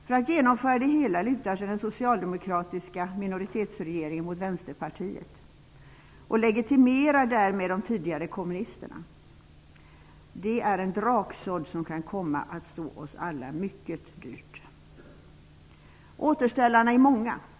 För att genomföra det hela lutar sig den socialdemokratiska minoritetsregeringen mot Vänsterpartiet, och legitimerar därmed de tidigare kommunisterna. Det är en draksådd som kan komma att stå oss alla mycket dyrt. Återställarna är många.